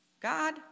God